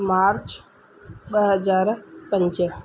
मार्च ॿ हज़ार पंज